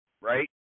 right